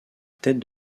tête